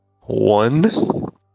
one